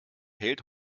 hält